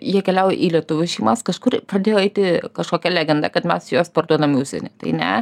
jie keliauja į lietuvių šeimas kažkur pradėjo eiti kažkokia legenda kad mes juos parduodam į užsienį tai ne